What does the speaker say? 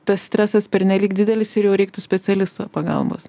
tas stresas pernelyg didelis ir jau reiktų specialisto pagalbos